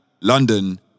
London